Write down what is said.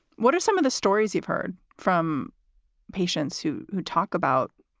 what are some of the stories you've heard from patients who who talk about